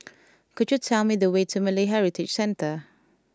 could you tell me the way to Malay Heritage Centre